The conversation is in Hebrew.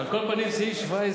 על כל פנים, סעיף 17,